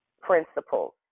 principles